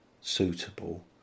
suitable